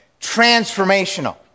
transformational